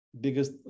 biggest